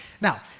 Now